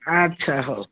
ଆଚ୍ଛା ହଉ